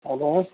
Abbas